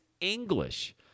English